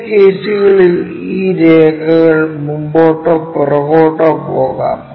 ചില കേസുകളിൽ ഈ രേഖകൾ മുൻപോട്ടോ പുറകോട്ടോ പോകാം